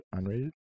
unrated